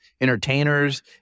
entertainers